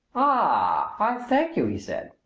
ah! i thank you, he said.